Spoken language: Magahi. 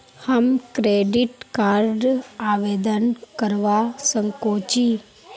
हम क्रेडिट कार्ड आवेदन करवा संकोची?